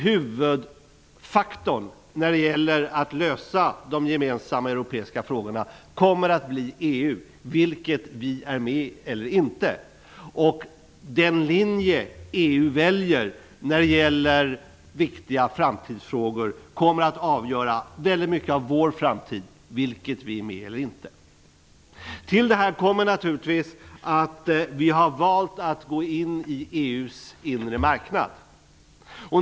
Huvudfaktorn när det gäller att lösa de gemensamma europeiska frågorna kommer att bli EU, vare sig vi är med eller inte. Den linje EU väljer när det gäller viktiga framtidsfrågor kommer att avgöra väldigt mycket av vår framtid, vare sig vi är med eller inte. Till detta kommer naturligtvis att vi har valt att gå in i EU:s inre marknad.